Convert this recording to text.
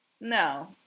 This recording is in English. No